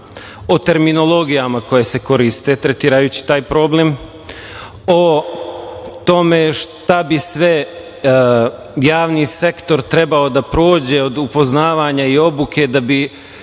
o terminologijama koje se koriste tretirajući taj problem, o tome šta bi sve javni sektor trebao da prođe od upoznavanje i obuke da bi